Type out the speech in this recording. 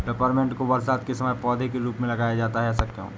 Peppermint को बरसात के समय पौधे के रूप में लगाया जाता है ऐसा क्यो?